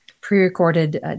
pre-recorded